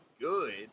good